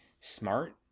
smart